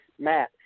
Matt